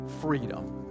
freedom